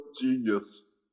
genius